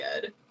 good